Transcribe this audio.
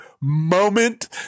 moment